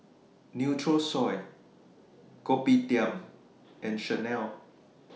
Nutrisoy Kopitiam and Chanel